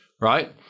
right